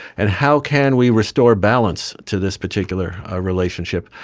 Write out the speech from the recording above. and how can we restore balance to this particular ah relationship,